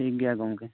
ᱴᱷᱤᱠ ᱜᱮᱭᱟ ᱜᱚᱢᱠᱮ